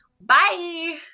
Bye